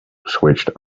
switched